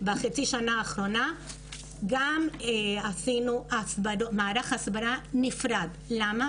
בחצי השנה האחרונה גם עשינו מערך הסברה נפרד ולמה?